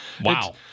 Wow